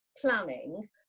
planning